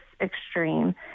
extreme